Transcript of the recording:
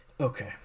Okay